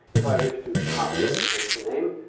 if i wish to copy it, hence the name,